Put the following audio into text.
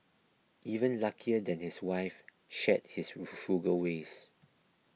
even luckier that his wife shared his frugal ways